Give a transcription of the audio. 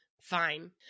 Fine